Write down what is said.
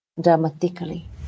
dramatically